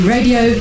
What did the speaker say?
Radio